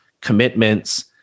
commitments